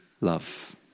love